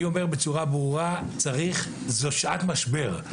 אני אומר בצורה ברורה: זאת שעת משבר,